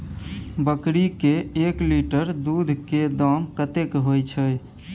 बकरी के एक लीटर दूध के दाम कतेक होय छै?